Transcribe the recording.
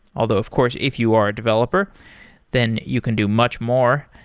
although of course, if you are a developer then you can do much more.